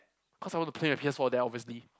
cause I want to play a P_S-four there obviously